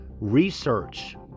Research